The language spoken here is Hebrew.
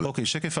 בדיוק.